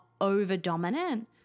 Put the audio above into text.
over-dominant